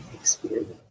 experience